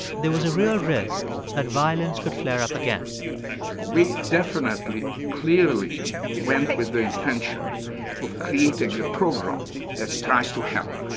there was a real risk that violence could flare up again we definitely clearly went with the intention of creating a program that tries to help,